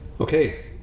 Okay